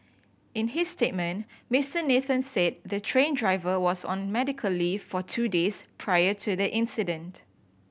in his statement Mister Nathan said the train driver was on medical leave for two days prior to the incident